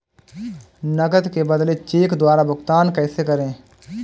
नकद के बदले चेक द्वारा भुगतान कैसे करें?